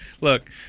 look